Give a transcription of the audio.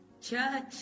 church